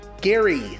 Gary